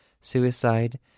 suicide